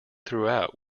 throughout